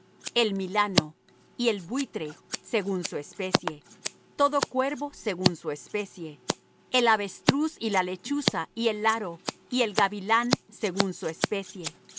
el milano y el buitre según su especie todo cuervo según su especie el avestruz y la lechuza y el laro y el gavilán según su especie